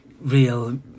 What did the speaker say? real